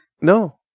No